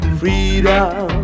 freedom